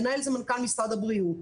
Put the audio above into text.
המנהל הוא מנכ"ל משרד הבריאות.